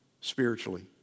Spiritually